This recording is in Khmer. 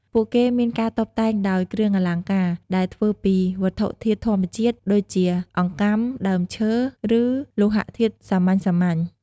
ពួកគេមានការតុបតែងដោយ គ្រឿងអលង្ការ ដែលធ្វើពី វត្ថុធាតុធម្មជាតិ ដូចជា អង្កាំ ដើមឈើ ឬលោហធាតុសាមញ្ញៗ។